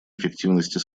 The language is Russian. эффективности